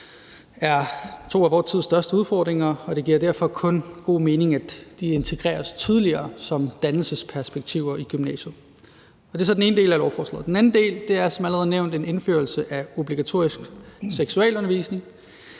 er to af vores tids største udfordringer, og det giver derfor kun god mening, at de integreres tydeligere som dannelsesperspektiver i gymnasiet. Det er så den ene del af lovforslaget. Den anden del er som allerede nævnt en indførelse af obligatorisk seksualundervisning.